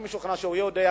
אני משוכנע שהוא יודע,